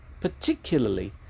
particularly